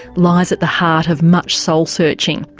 lies at the heart of much soul searching.